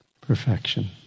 perfection